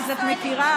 אז את מכירה.